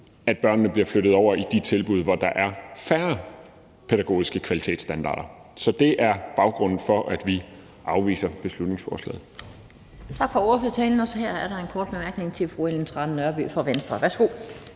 at børnene bliver flyttet over i de tilbud, hvor der er færre pædagogiske kvalitetsstandarder, så det er baggrunden for, at vi afviser beslutningsforslaget.